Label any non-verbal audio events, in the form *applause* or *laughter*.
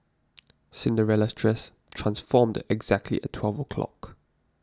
*noise* Cinderella's dress transformed exactly at twelve o'clock